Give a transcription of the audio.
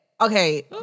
Okay